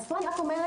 אז פה אני רק אומרת,